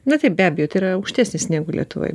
na taip be abejo tai yra aukštesnis negu lietuvoj